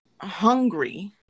hungry